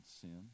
sin